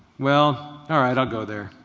well, all right, i'll go there.